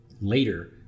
later